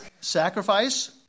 Sacrifice